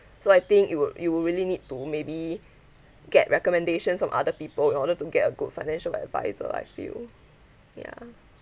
so I think it would you would really need to maybe get recommendations from other people in order to get a good financial adviser I feel ya